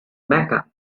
mecca